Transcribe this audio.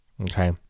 Okay